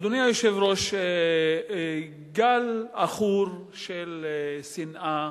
אדוני היושב-ראש, האמת היא שגל עכור של שנאה